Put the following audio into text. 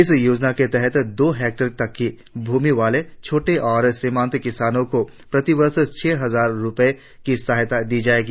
इस योजना के तहत दो हेक्टेयर तक की भूमि वाले छोटे और सीमांत किसानों को प्रतिवर्ष छह हजार रुपये की सहायता दी जाएगी